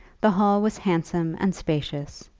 the hall was handsome and spacious,